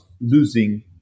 losing